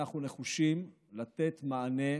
אנחנו נחושים לתת מענה,